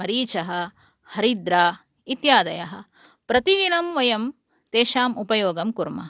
मरीचः हरिद्रा इत्यादयः प्रतिदिनं वयं तेषाम् उपयोगं कुर्मः